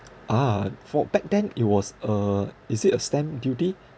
a'ah fought back then it was uh is it a stamp duty